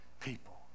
people